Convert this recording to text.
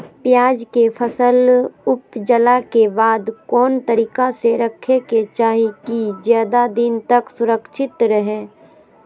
प्याज के फसल ऊपजला के बाद कौन तरीका से रखे के चाही की ज्यादा दिन तक सुरक्षित रहय?